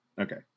Okay